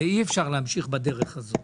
זה אי אפשר להמשיך בדרך הזאת.